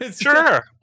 Sure